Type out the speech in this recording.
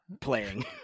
playing